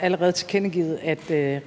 allerede tilkendegivet, at